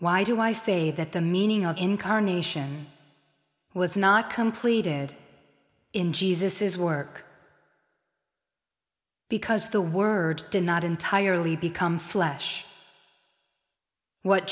why do i say that the meaning of incarnation was not completed in jesus is work because the word did not entirely become flesh what